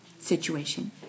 situation